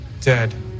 dead